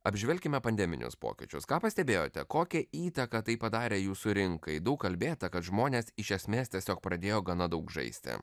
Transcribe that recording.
apžvelkime pandeminius pokyčius ką pastebėjote kokią įtaką tai padarė jūsų rinkai daug kalbėta kad žmonės iš esmės tiesiog pradėjo gana daug žaisti